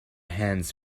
hands